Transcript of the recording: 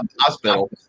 Hospital